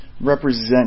represent